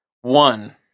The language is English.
One